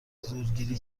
زورگیری